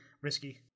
risky